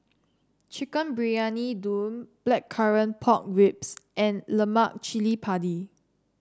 Chicken Briyani Dum Blackcurrant Pork Ribs and Lemak Cili Padi